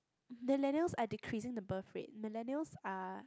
millennials are decreasing the birth rate millennials are